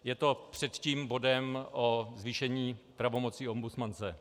Je to před tím bodem o zvýšení pravomocí ombudsmanky.